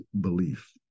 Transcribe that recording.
belief